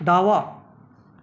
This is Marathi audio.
दावा